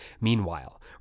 Meanwhile